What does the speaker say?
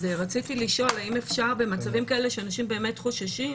אז רציתי לשאול: האם אפשר במצבים כאלה שאנשים באמת חוששים